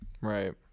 Right